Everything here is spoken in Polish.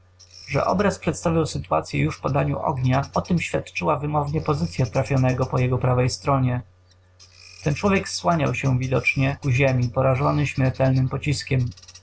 że obraz przedstawiał sytuacyę już po daniu ognia o tem świadczyła wymownie pozycya trafionego po jego prawej stronie ten człowiek słaniał się widocznie ku ziemi porażony śmiertelnym pociskiem